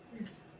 Yes